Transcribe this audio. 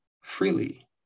freely